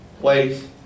place